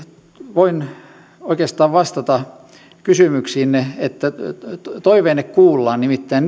voin oikeastaan vastata kysymyksiinne että toiveenne kuullaan nimittäin